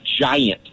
giant